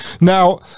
now